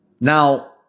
Now